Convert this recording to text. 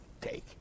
take